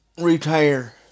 retire